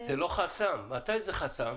מתי זה חסם?